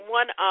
one